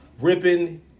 ripping